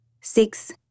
Six